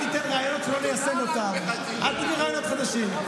יוליה מדברת, נו, מה?